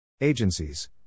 Agencies